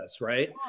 right